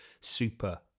super